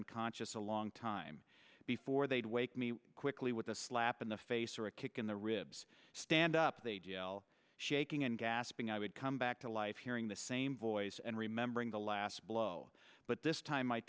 unconscious a long time before they'd wake me quickly with a slap in the face or a kick in the ribs stand up they d l shaking and gasping i would come back to life hearing the same voice and remembering the last blow but this time